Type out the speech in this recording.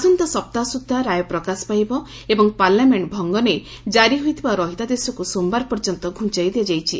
ଆସନ୍ତା ସପ୍ତାହ ସୁଦ୍ଧା ରାୟ ପ୍ରକାଶ ପାଇବ ଏବଂ ପାର୍ଲାମେଣ୍ଟ ଭଙ୍ଗ ନେଇ ଜାରି ହୋଇଥିବା ରହିତାଦେଶକୁ ସୋମବାର ପର୍ଯ୍ୟନ୍ତ ଘ୍ରଞ୍ଚାଇ ଦିଆଯାଇଛି